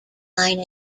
line